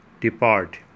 depart